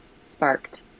sparked